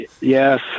yes